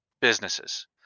businesses